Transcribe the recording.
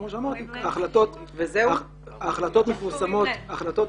כמו שאמרתי, ההחלטות של